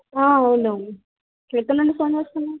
అవునవును ఎక్కడ నుండి ఫోన్ చేస్తున్నారు